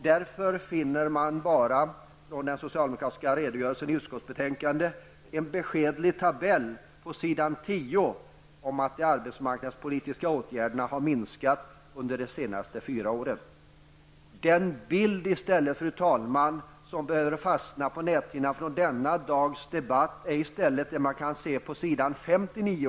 Därför finner man i den socialdemokratiska redogörelsen på s. 10 i utskottsbetänkandet bara en beskedlig tabell om att de arbetsmarknadspolitiska åtgärderna har minskat under de fyra senaste åren. Den bild, fru talman, som i stället behöver fastna på näthinnan från denna dags debatt är den man kan se på s. 59.